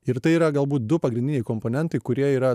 ir tai yra galbūt du pagrindiniai komponentai kurie yra